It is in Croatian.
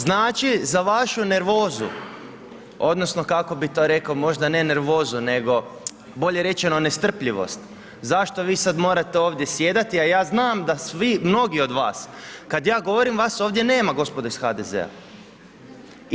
Znači za vašu nervozu, odnosno, kako bi to rekao, možda ne nervozu, nego bolje rečeno nestrpljivost, zašto vi sada morate ovdje sjedati, a ja znam da svi, mnogi od vas, kada ja govorim, vas ovdje nema gospodo iz HDZ-a.